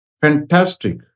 Fantastic